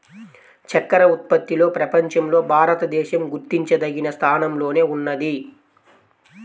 చక్కర ఉత్పత్తిలో ప్రపంచంలో భారతదేశం గుర్తించదగిన స్థానంలోనే ఉన్నది